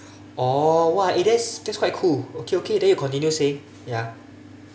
oh !wah! eh that's that's quite cool okay okay then you continue saying ya